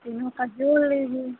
तीनों का जोड़ ले लें